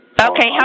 Okay